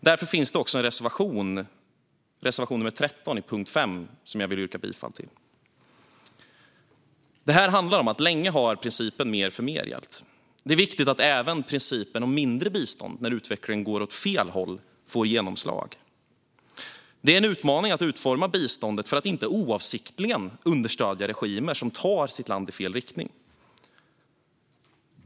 Därför finns det också en reservation - reservation 13 under punkt 5 - som jag vill yrka bifall till. Länge har principen "mer för mer" gällt. Det är viktigt att även principen om mindre bistånd när utvecklingen går åt fel håll får genomslag. Det är en utmaning att utforma biståndet för att inte oavsiktligt understödja regimer som tar sitt land i fel riktning.